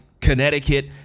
Connecticut